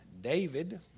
David